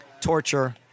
torture